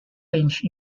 range